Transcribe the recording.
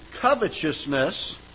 covetousness